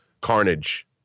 Carnage